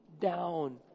down